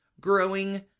growing